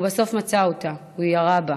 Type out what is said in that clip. הוא בסוף מצא אותה, והוא ירה בה.